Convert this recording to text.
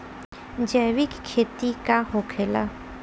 जैविक खेती का होखेला?